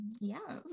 yes